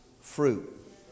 fruit